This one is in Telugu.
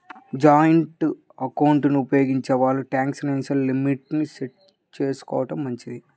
జాయింటు ఎకౌంట్లను ఉపయోగించే వాళ్ళు ట్రాన్సాక్షన్ లిమిట్ ని సెట్ చేసుకోడం మంచిది